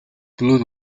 blood